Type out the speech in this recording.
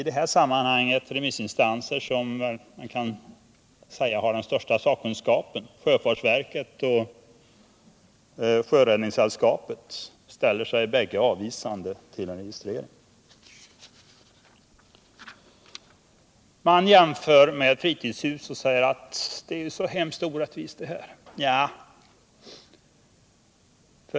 De remissinstanser som i det här sammanhanget kan sägas ha den största sakkunskapen, sjöfartsverket och Sjöräddningssällskapet, ställer sig bägge avvisande till en registrering. Man jämför med fritidshus och säger: Det är så hemskt orättvist.